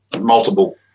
multiple